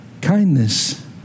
kindness